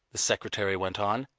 the secretary went on,